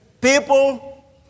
People